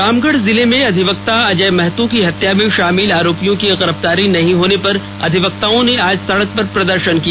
रामगढ़ जिले में अधिवक्ता अजय महतो की हत्या में शामिल आरोपियों की गिरफ्तारी नहीं होने पर अधिवक्ताओं ने आज सड़क पर प्रदर्शन किया